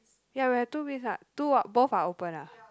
ya we have two this ah two both are open ah